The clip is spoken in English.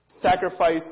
Sacrifice